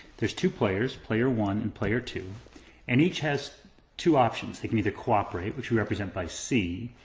there's two players, player one and player two and each has two options, they can either cooperate, which we represent by c,